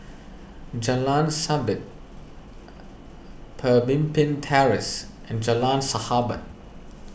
Jalan Sabit Pemimpin Terrace and Jalan Sahabat